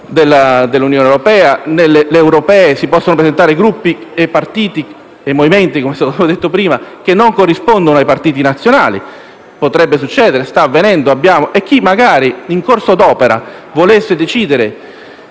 dell'Unione europea e nelle elezioni europee si possono presentare Gruppi, partiti e movimenti - come ho detto prima - che non corrispondono a partiti nazionali. Potrebbe succedere e sta avvenendo. Chi magari, in corso d'opera volesse decidere